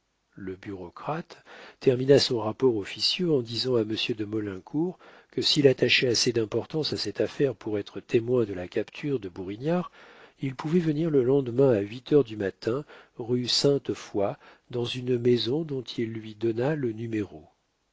le bureaucrate termina son rapport officieux en disant à monsieur de maulincour que s'il attachait assez d'importance à cette affaire pour être témoin de la capture de bourignard il pouvait venir le lendemain à huit heures du matin rue sainte foi dans une maison dont il lui donna le numéro